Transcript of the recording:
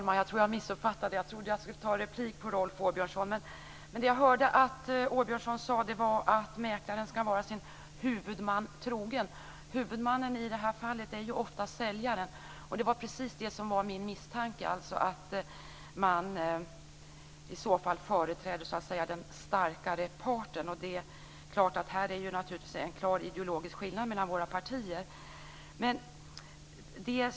Herr talman! Jag hörde att Rolf Åbjörnsson sade att mäklaren skall vara sin huvudman trogen. Huvudmannen i det här fallet är ju ofta säljaren, och det var precis det som var min misstanke, nämligen att mäklaren i så fall företräder så att säga den starkare parten. I fråga om detta råder det naturligtvis en klar ideologisk skillnad mellan våra partier.